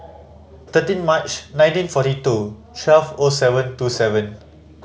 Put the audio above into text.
thirteen March nineteen forty two twelve O seven two seven